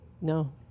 No